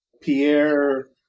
Pierre